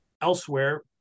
elsewhere